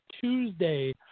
Tuesday